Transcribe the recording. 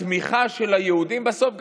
התמיכה של היהודים בסוף,